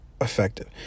effective